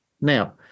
Now